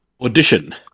audition